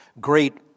great